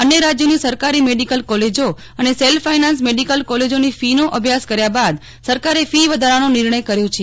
અન્ય રાજ્યોની સરકારી મેડીકલ કોલેજો અને સેલ્ફ ફાઈનાન્સ મેડીકલ કોલેજોની ફીનો અભ્યાસ કરીને સરકારે ફી વધારવાનો નિર્ણય લીધો છે